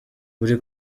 buri